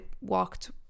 walked